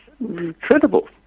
incredible